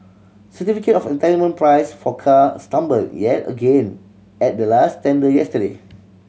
certificate of entitlement price for cars tumbled yet again at the latest tender yesterday